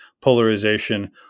polarization